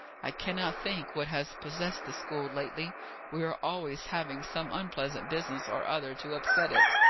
i cannot think what has possessed the school lately we are always having some unpleasant business or other to upset it.